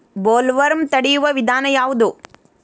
Bollworm ತಡಿಯು ವಿಧಾನ ಯಾವ್ದು?